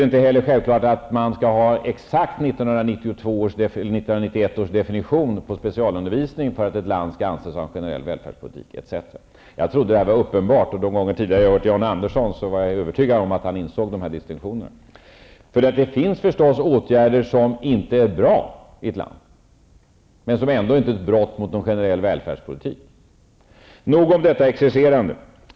Det är inte heller självklart att man skall ha exakt 1991 års definition på specialundervisningen för att ett land skall anses ha en generell välfärdspolitik, etc. Jag trodde att detta var uppenbart. Efter de gånger jag tidigare har hört Jan Andersson var jag övertygad om att han insåg dessa distinktioner. Det finns förstås åtgärder som inte är bra i ett land, men som ändå inte är ett brott mot en generell välfärdspolitik. Nog om detta exercerande.